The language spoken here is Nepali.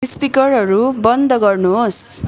स्पिकरहरू बन्द गर्नुहोस्